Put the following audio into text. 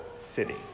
city